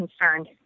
concerned